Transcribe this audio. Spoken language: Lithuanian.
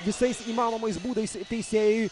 visais įmanomais būdais teisėjui